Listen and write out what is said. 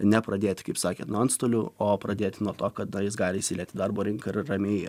nepradėti kaip sakėte nuo antstolių o pradėti nuo to kad dalis gali įsilieti į darbo rinką ir ramiai